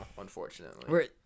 unfortunately